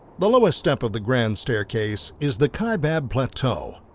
the lowest step of the grand staircase is the kaibab plateau.